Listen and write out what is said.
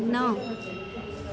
न